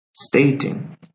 stating